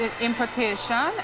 importation